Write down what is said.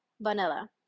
vanilla